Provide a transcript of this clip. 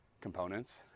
components